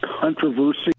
controversy